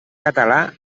català